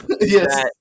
yes